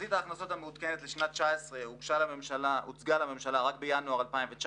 תחזית ההכנסות המעודכנת לשנת 2019 הוצגה לממשלה רק בינואר 2019,